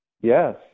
Yes